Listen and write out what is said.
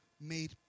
made